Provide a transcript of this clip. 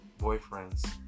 boyfriends